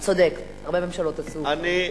צודק, הרבה ממשלות עשו את זה.